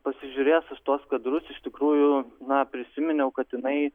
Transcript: pasižiūrėjęs šituos kadrus iš tikrųjų na prisiminiau kad jinai